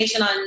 on